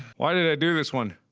why did i do this one?